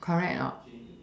correct a not